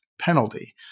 penalty